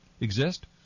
exist